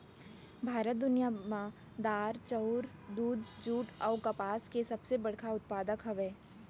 भारत दुनिया मा दार, चाउर, दूध, जुट अऊ कपास के सबसे बड़े उत्पादक हवे